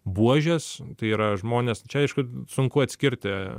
buožes tai yra žmonės čia aišku sunku atskirti